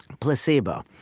placebo,